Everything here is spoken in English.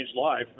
life